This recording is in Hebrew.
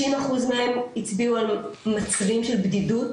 60% מהם הצביעו על מצבים של בדידות,